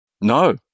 No